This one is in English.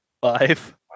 Five